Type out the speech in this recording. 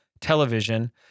television